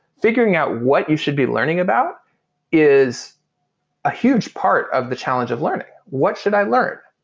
figuring out what you should be learning about is a huge part of the challenge of learning. what should i learn?